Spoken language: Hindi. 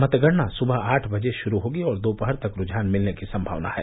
मतगणना सुबह आठ बजे शुरू होगी और दोपहर तक रूझान मिलने की संभावना है